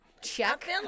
Check